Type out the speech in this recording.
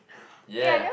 ya